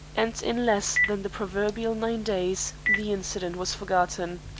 and in less than the proverbial nine days the incident was forgotten.